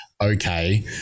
Okay